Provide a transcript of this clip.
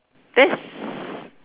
that's